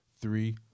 three